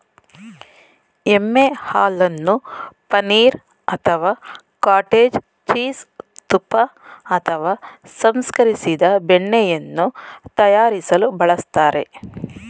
ಎಮ್ಮೆ ಹಾಲನ್ನು ಪನೀರ್ ಅಥವಾ ಕಾಟೇಜ್ ಚೀಸ್ ತುಪ್ಪ ಅಥವಾ ಸಂಸ್ಕರಿಸಿದ ಬೆಣ್ಣೆಯನ್ನು ತಯಾರಿಸಲು ಬಳಸ್ತಾರೆ